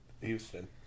Houston